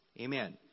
amen